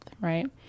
right